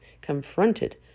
confronted